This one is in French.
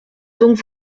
donc